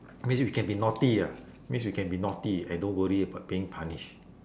means we can be naughty ah means we can be naughty and don't worry about being punished